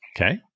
Okay